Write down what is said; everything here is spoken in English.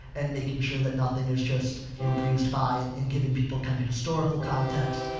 and making sure that nothing is just, you know, breezed by and, and giving people kind of historical context.